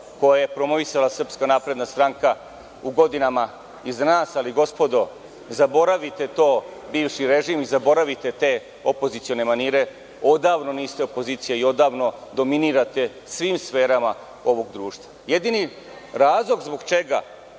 koje je promovisala SNS u godinama iza nas, ali gospodo zaboravite to bivši režim i zaboravite te opozicione manire. Odavno niste opozicija i odavno dominirate svim sferama ovog društva. Jedini razlog zbog čega